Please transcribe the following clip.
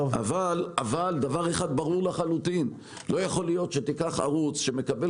אבל דבר אחד ברור לחלוטין: לא יכול להיות שערוץ שמקבל